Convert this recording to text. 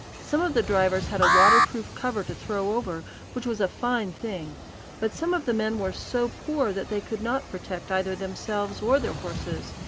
some of the drivers had a waterproof cover to throw over, which was a fine thing but some of the men were so poor that they could not protect either themselves or their horses,